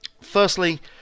Firstly